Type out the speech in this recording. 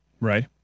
Right